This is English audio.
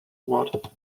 what